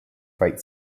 fight